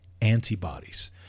antibodies